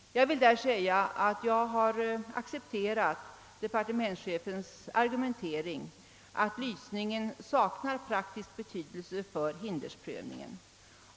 Jag har accepterat departementschefens argumentering att lysningen saknar praktisk betydelse för hindersprövningen.